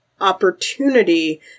opportunity